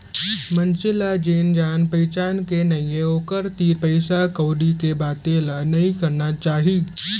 मनसे ल जेन जान पहिचान के नइये ओकर तीर पइसा कउड़ी के बाते ल नइ करना चाही